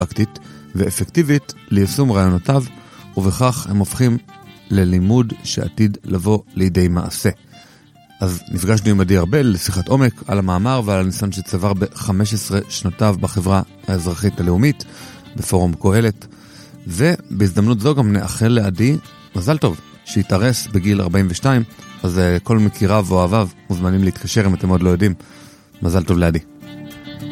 ואפקטיבית ליישום רעיונותיו, ובכך הם הופכים ללימוד שעתיד לבוא לידי מעשה. אז נפגשתי עם עדי ארבל לשיחת עומק על המאמר ועל הניסיון שצבר ב-15 שנותיו בחברה האזרחית הלאומית בפורום קהלת, ובהזדמנות זו גם נאחל לעדי מזל טוב שהתארס בגיל 42, אז כל מכיריו או אהביו מוזמנים להתקשר אם אתם עוד לא יודעים. מזל טוב לעדי.